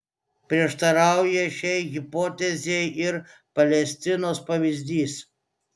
prieštarauja šiai hipotezei ir palestinos pavyzdys